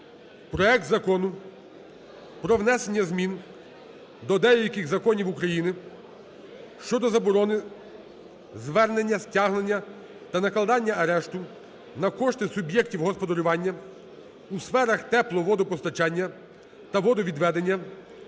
проект Закону про внесення змін до деяких законів України щодо заборони звернення стягнення та накладення арешту на кошти суб'єктів господарювання у сферах тепло-, водопостачання та водовідведення,